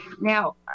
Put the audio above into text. Now